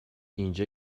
اینجا